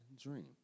dream